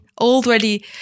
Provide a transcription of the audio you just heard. already